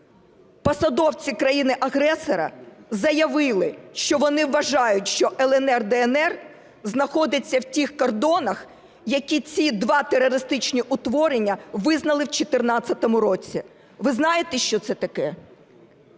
посадовці країни-агресора заявили, що вони вважають, що "ЛНР", "ДНР" знаходяться в тих кордонах, які ці два терористичні утворення визнали в 2014 році. Ви знаєте, що це таке?